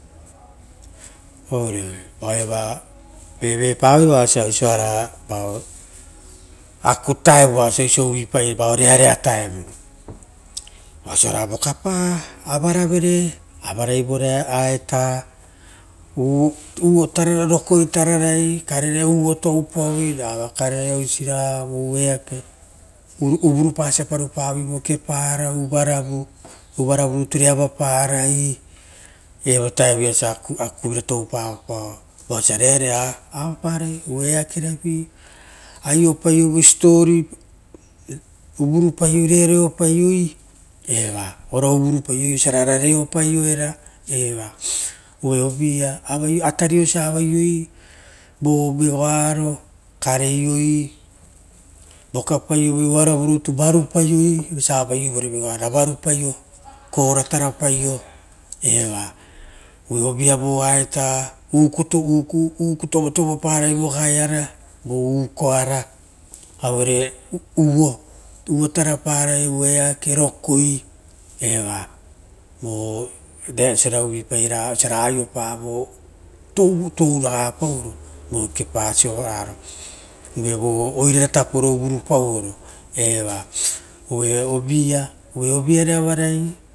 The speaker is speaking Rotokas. oire vavaoiava vevepara oisia vao akutaepa osia uvuipai vaoia rearoa uita, oasa vokapa, avaravere evoare aeta. Rokoi tararai uoto upoavoi, reva karerai oisiraga, uvurupasa parupavoi vo kepara, uvaravuruture avaparai veasia akukuvira toupavoiepao vao sia rearea avapara oeakeravi aio paio voi siposipo paovo uvurupaiei eva ora uvumipaio oiso ra ova reopaio. Atari ousa avaieia vo vegoaro kareii vokapaio oaravarutu vanipaio ra avaio vore vegoaro kora tara paio eva, vo aita uku tupaiei vo gae iare, vo ukoara auere uuo, uuo tarapa rai o eake rokoi eva vo veasiara uvu paira aio ragapa touraga paoro vo kepa sovaraia.